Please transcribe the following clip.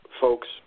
folks